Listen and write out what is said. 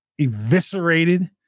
eviscerated